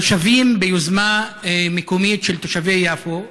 התושבים, יוזמה מקומית של תושבי יפו,